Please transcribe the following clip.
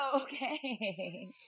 Okay